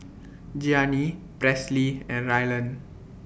Gianni Presley and Ryland